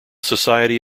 society